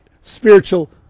spiritual